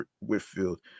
Whitfield